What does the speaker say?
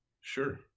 Sure